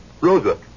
Rosa